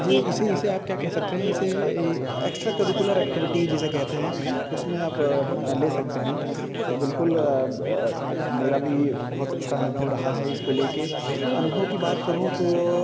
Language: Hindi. जी इसे इसे आप क्या कह सकते हैं इसे एक्ट्रा करीकुलर एक्टिविटी जिसे कहते हैं उसमें आप ले सकते हैं तो बिल्कुल मेरा भी बहुत अच्छा अनुभव रहा है इसको ले के अनुभव की बात करूँ तो